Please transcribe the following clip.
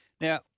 Now